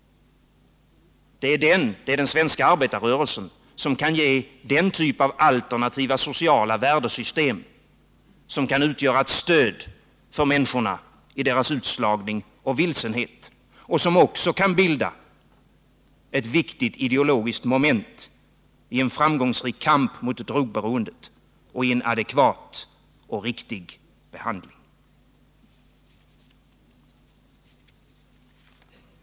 Det är den svenska arbetarrörelsen som kan erbjuda den typ av alternativt värdesystem som kan utgöra ett stöd för människorna i deras utslagning och vilsenhet och som kan vara ett viktigt ideologiskt moment i en framgångsrik kamp mot drogberoendet och i en adekvat och riktig behandling.